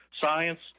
science